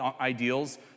ideals